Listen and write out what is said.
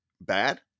Bad